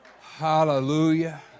hallelujah